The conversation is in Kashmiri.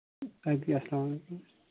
اَدٕ کیٛاہ اسلام علیکُم